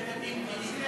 סדר דין פלילי.